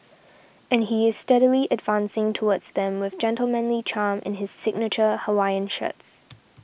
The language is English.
and he is steadily advancing towards them with gentlemanly charm in his signature Hawaiian shirts